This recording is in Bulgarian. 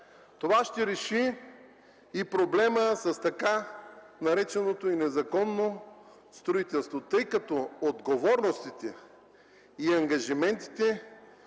Това ще реши и проблема с така нареченото незаконно строителство, тъй като отговорностите и ангажиментите